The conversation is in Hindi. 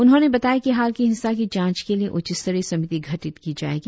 उन्होंने बताया कि हाल की हिंसा की जांच के लिए उच्चस्तरीय समिति गठित की जाएगी